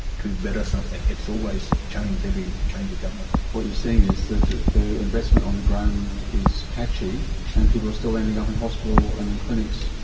to better something, it has so always changed every change of government. what you're saying is that the investment on the ground is patchy and people are still ending up in hospital and in clinics,